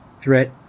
threat